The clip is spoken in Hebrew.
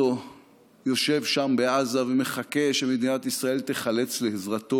יושב שם בעזה ומחכה שמדינת ישראל תיחלץ לעזרתו.